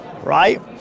right